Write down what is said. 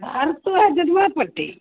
घर तो है जजवा पट्टी